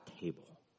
table